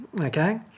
okay